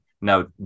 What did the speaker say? Now